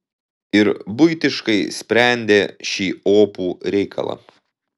ir buitiškai sprendė šį opų reikalą